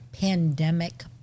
pandemic